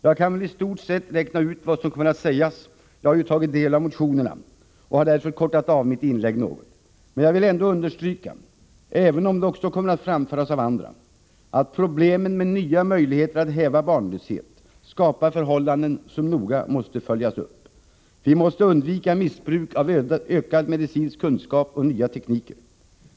Jag kan väl i stort sett räkna ut vad som kommer att sägas — jag har ju tagit del av motionerna — och har därför kortat av mitt inlägg. Men jag vill ändå understryka — även om det också kommer att framföras av andra — att problemen med nya möjligheter att häva barnlöshet skapar förhållanden som noga måste följas upp. Vi måste undvika missbruk av ökad medicinsk kunskap och nya tekniker.